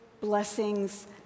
blessings